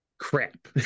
Crap